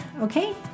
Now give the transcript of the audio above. Okay